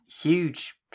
huge